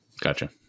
Gotcha